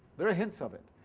there are hints of it.